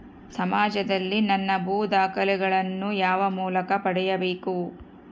ಸಮಾಜದಲ್ಲಿ ನನ್ನ ಭೂ ದಾಖಲೆಗಳನ್ನು ಯಾವ ಮೂಲಕ ಪಡೆಯಬೇಕು?